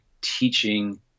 teaching